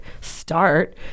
start